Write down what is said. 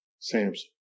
Samson